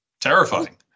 terrifying